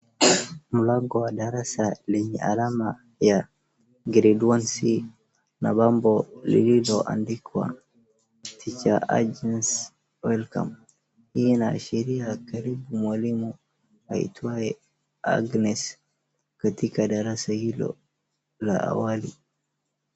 Mlango wa darasa lenye alama ya grade one C , na bambo lililoandikwa teacher Agnes welcome , hii inaashiria karibu mwalimu aitwaye Agnes katika darasa hilo la awali.